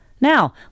Now